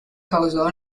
causado